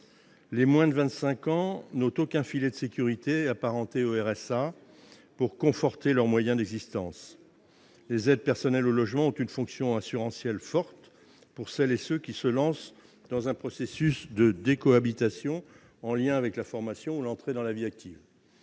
les moins de 25 ans n'ont aucun filet de sécurité apparenté au RSA pour conforter leurs moyens d'existence, les aides personnelles au logement ont une fonction assurantielle forte pour celles et ceux qui se lancent dans un processus de décohabitation en lien avec la formation ou l'entrée dans la vie active,